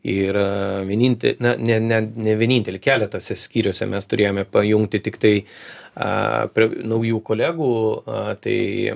ir vieninte na ne ne ne vienintelė keletuose skyriuose mes turėjome pajungti tiktai a prie naujų kolegų a tai